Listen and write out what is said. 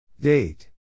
Date